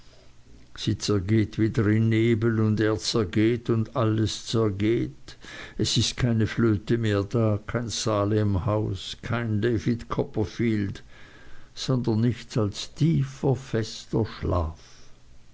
sie zergeht wieder in nebel und er zergeht und alles zergeht es ist keine flöte mehr da kein salemhaus kein david copperfield sondern nichts als tiefer fester schlaf